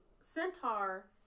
Centaur